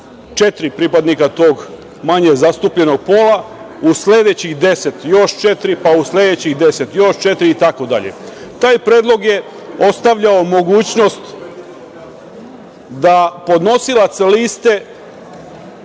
četiri pripadnika tog manje zastupljenog pola, u sledećih 10 još četiri, pa u sledećih 10 još četiri i tako dalje. Taj predlog je ostavljao mogućnost da podnosilac liste